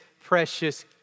precious